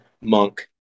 monk